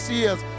years